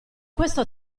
questo